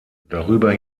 darüber